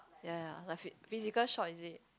ya ya love it physical shop is it